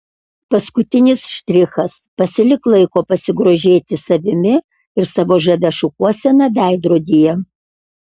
paskutinis štrichas pasilik laiko pasigrožėti savimi ir savo žavia šukuosena veidrodyje